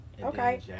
okay